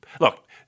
Look